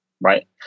right